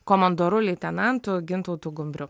komandoru leitenantu gintautu gumbriu